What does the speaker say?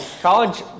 college